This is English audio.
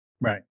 Right